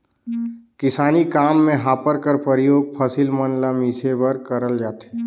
किसानी काम मे हापर कर परियोग फसिल मन ल मिसे बर करल जाथे